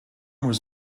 was